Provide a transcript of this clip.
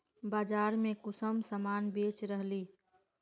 बाजार में कुंसम सामान बेच रहली?